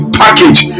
package